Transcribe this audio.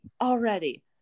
already